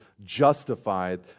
justified